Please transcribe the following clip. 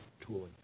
tooling